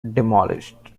demolished